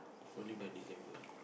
followed by December